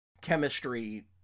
chemistry